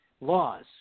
laws